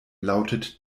lautet